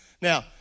Now